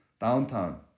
downtown